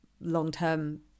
long-term